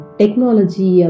technology